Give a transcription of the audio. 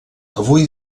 avui